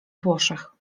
włoszech